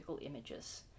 images